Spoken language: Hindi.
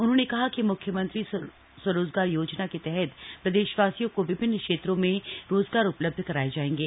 उन्होंने कहा कि मुख्यमंत्री स्वरोजगार योजना के तहत प्रदेशवासियों को विभिन्न क्षेत्रों में रोजगार उपलब्ध कराये जायेंगे